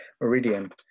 Meridian